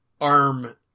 arm